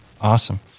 Awesome